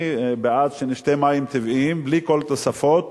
אני בעד שנשתה מים טבעיים בלי כל תוספות,